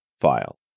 file